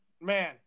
man